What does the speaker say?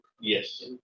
Yes